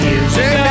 Music